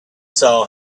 saw